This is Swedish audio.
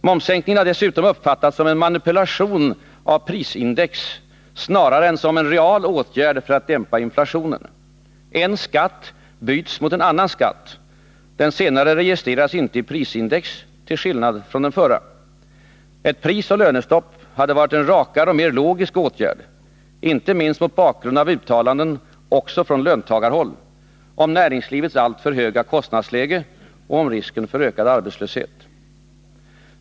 Momssänkningen har vidare uppfattats som en manipulation av prisindex snarare än som real åtgärd för att dämpa inflationen. En skatt byts mot en annan skatt. Den senare registreras inte i prisindex till skillnad från den förra. Ett prisoch lönestopp hade varit en rakare och mer logisk åtgärd, inte minst mot bakgrunden av uttalanden också från löntagarhåll om näringslivets alltför höga kostnadsläge och om risken för ökad arbetslöshet.